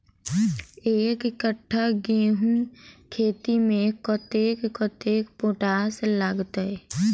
एक कट्ठा गेंहूँ खेती मे कतेक कतेक पोटाश लागतै?